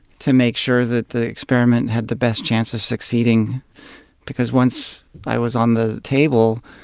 to make sure that the experiment had the best chance of succeeding because once i was on the table,